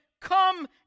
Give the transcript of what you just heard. come